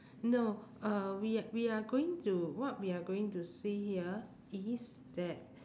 no uh we a~ we are going to what we are going to see here is that